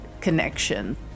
connection